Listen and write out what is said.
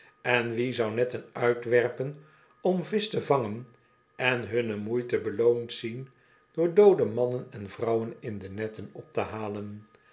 en wie zou netten uitwerpen om visch te vangen en hunne moeite beloond zien door doode mannen en vrouwen in de netten op te halen